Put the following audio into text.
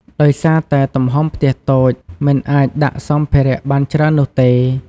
ដោយសារតែទំហំផ្ទះតូច មិនអាចដាក់សម្ភារៈបានច្រើននោះទេ។